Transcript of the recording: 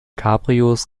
cabrios